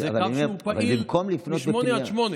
זה קו שהוא פעיל מ-08:00 עד 20:00,